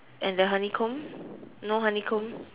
and the honeycomb no honeycomb